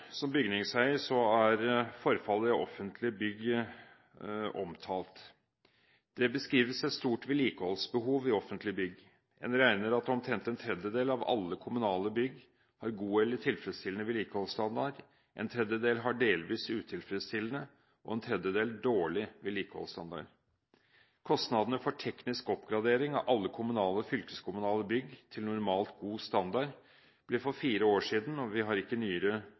som bygningseier, er forfallet i offentlige bygg omtalt. Det beskrives et stort vedlikeholdsbehov i offentlige bygg. En regner med at omtrent en tredjedel av alle kommunale bygg har god eller tilfredsstillende vedlikeholdsstandard, en tredjedel har delvis utilfredsstillende og en tredjedel dårlig vedlikeholdsstandard. Kostnadene for teknisk oppgradering av alle kommunale og fylkeskommunale bygg til normalt god standard ble for fire år siden – vi har ikke nyere